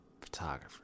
photographer